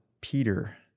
Peter